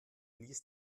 ließ